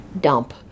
dump